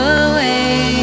away